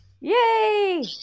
yay